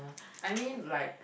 I mean like